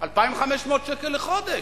2,500 שקלים לחודש.